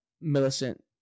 Millicent